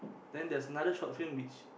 then there's another short film which